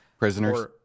Prisoners